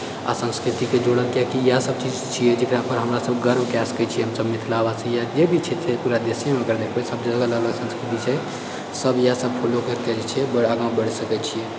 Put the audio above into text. आ संस्कृतिके जोड़ब किआकि इएह सब चीज छिऐ जकरा पर हमरा सब गर्व कए सकै छी हम सब मिथिलावासी या जे भी क्षेत्रके पूरा देशे हुनकर देखबै सब जगह अलग अलग संस्कार छै सब इएह सबकेँ फोलो करिके जे छै आँगा बढ़ि सकैत छी सकै छियै